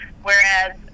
Whereas